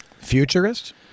Futurist